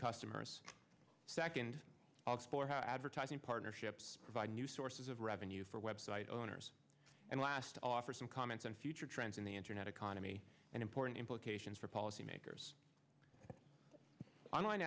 customers second advertising partnerships provide new sources of revenue for web site owners and last offer some comments on future trends in the internet economy and important implications for policymakers online